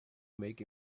make